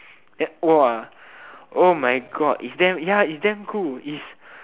the !wah! oh my god it's damn ya it's damn cool it's